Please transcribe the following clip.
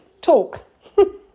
Talk